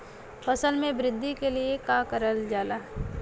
फसल मे वृद्धि के लिए का करल जाला?